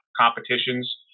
competitions